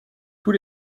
tous